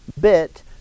bit